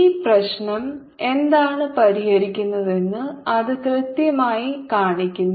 ഈ പ്രശ്നം എന്താണ് പരിഹരിക്കുന്നതെന്ന് അത് കൃത്യമായി കാണിക്കുന്നു